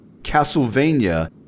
Castlevania